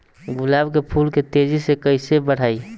गुलाब के फूल के तेजी से कइसे बढ़ाई?